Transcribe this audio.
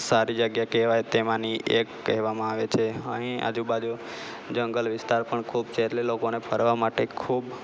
સારી જગ્યા કહેવાય તેમાંની એક કહેવામાં આવે છે અહીં આજુબાજુ જંગલ વિસ્તાર પણ ખૂબ છે એટલે લોકોને ફરવા માટે ખૂબ